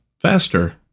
faster